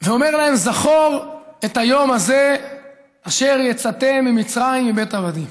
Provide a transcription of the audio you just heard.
ואומר להם: "זכור את היום הזה אשר יצאתם ממצרים מבית עבדים".